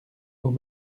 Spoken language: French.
aux